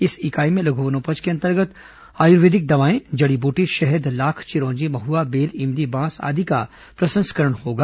इस इकाई में लघु वनोपज के अंतर्गत आयुर्वेदिक दवाएं जड़ी बूटी शहद लाख चिरोंजी महुआ बेल इमली बांस आदि का प्रसंस्करण होगा